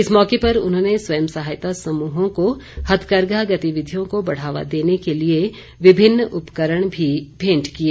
इस मौके पर उन्होंने स्वयं सहायता समूहों को हथकरघा गतिविधियों को बढ़ावा देने के लिए विभिन्न उपकरण भी भेंट किए